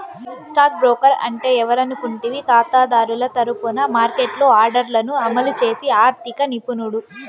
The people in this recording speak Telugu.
స్టాక్ బ్రోకర్ అంటే ఎవరనుకుంటివి కాతాదారుల తరపున మార్కెట్లో ఆర్డర్లను అమలు చేసి ఆర్థిక నిపుణుడు